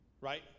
Right